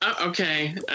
okay